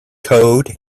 code